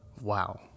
Wow